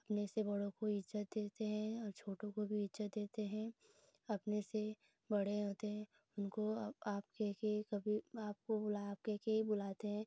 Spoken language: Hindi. अपने से बड़ों को इज्ज़त देते हैं और छोटों को भी इज्ज़त देते हैं अपने से बड़े होते हैं उनको आप कहकर कभी आपको बुलाकर आप कहकर ही बुलाते हैं